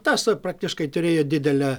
tas praktiškai turėjo didelę